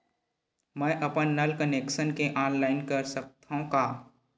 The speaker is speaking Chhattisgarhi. मैं अपन नल कनेक्शन के ऑनलाइन कर सकथव का?